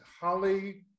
Holly